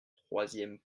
troisième